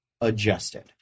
adjusted